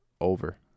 Over